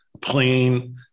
plane